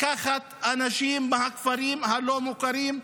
לקחת אנשים מהכפרים הלא-מוכרים,